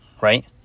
right